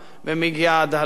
ומגיעה עד הלום,